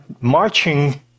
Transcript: marching